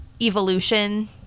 Evolution